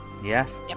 Yes